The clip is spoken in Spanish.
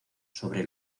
sobre